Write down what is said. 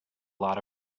lot